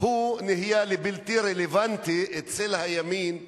נהיה לבלתי רלוונטי אצל הימין הישראלי.